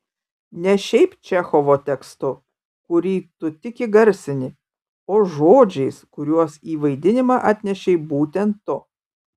ne šiaip čechovo tekstu kurį tu tik įgarsini o žodžiais kuriuos į vaidinimą atnešei būtent tu